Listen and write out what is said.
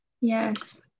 Yes